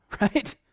right